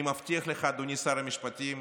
אני מבטיח לך, אדוני שר המשפטים,